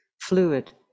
fluid